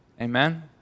Amen